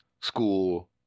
school